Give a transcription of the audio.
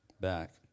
Back